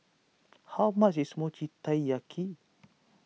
how much is Mochi Taiyaki